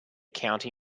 county